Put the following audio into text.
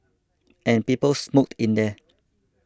and people smoked in there